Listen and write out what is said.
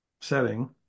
setting